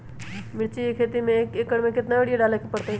मिर्च के खेती में एक एकर में कितना यूरिया डाले के परतई?